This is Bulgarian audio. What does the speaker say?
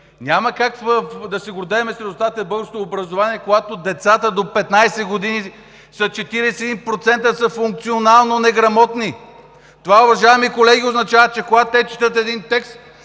Няма как да се гордеем с резултатите на българското образование, когато 41% от децата до 15 години са функционално неграмотни. Това, уважаеми колеги, означава, че когато те четат един текст,